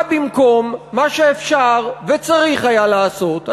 ובא במקום מה שאפשר וצריך היה לעשות.